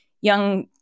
young